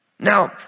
Now